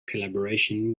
collaboration